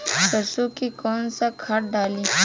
सरसो में कवन सा खाद डाली?